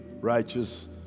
righteous